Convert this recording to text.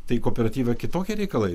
tai kooperatyve kitokie reikalai